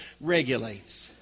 regulates